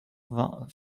vingt